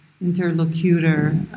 interlocutor